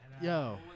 Yo